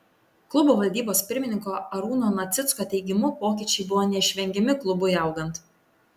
klubo valdybos pirmininko artūro nacicko teigimu pokyčiai buvo neišvengiami klubui augant